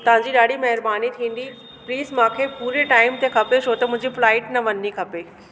तव्हांजी ॾाढी महिरबानी थींदी प्लीज़ मूंखे पूरे टाइम ते खपे छो त मुंहिंजी फ्लाइट न वञणी खपे